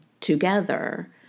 together